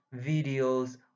videos